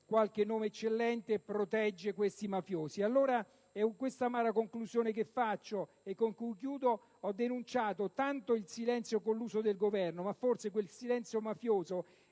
qualche nome eccellente protegge questi mafiosi. Allora - e con questa amara conclusione concludo - ho denunciato tanto il silenzio colluso del Governo, ma forse quel silenzio mafioso